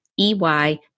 EY